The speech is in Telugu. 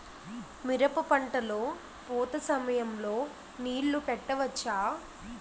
మిరప పంట లొ పూత సమయం లొ నీళ్ళు పెట్టవచ్చా?